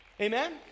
Amen